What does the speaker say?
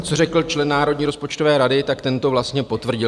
Co řekl člen Národní rozpočtové rady, tak ten to vlastně potvrdil.